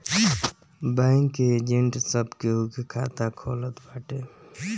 bank के agent सब केहू के खाता खोलत बाटे